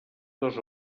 dos